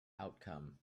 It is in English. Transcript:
outcome